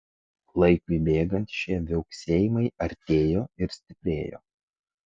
laikui bėgant šie viauksėjimai artėjo ir stiprėjo